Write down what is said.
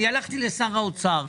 הלכתי לשר האוצר,